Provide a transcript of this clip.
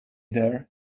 there